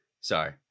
Sorry